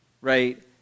right